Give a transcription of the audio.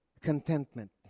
contentment